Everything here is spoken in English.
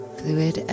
fluid